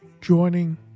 joining